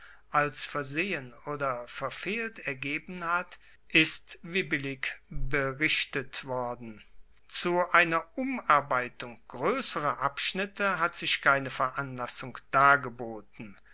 als versehen oder verfehlt ergeben hat ist wie billig berichtet worden zu einer umarbeitung groesserer abschnitte hat sich keine veranlassung dargeboten